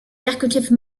decorative